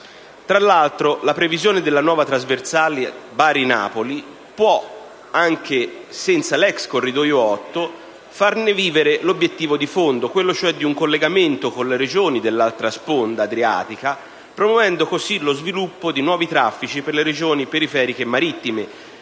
Tra l'altro, la previsione della nuova trasversale Bari-Napoli può, anche senza l'ex corridoio 8, farne vivere l'obiettivo di fondo, quello cioè di un collegamento con le regioni dell'altra sponda adriatica, promuovendo così lo sviluppo di nuovi traffici per le regioni periferiche e marittime